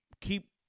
keep